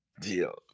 deal